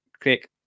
click